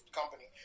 company